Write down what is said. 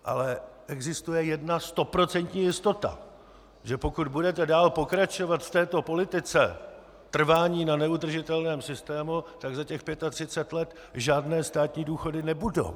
Ale existuje jedna stoprocentní jistota, že pokud budete dál pokračovat v této politice trvání na neudržitelném systému, tak za těch 35 let žádné státní důchody nebudou.